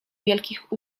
wielkich